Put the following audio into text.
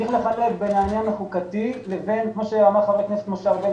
צריך לחלק בין העניין החוקתי לבין כמו שאמר חבר הכנסת ארבל,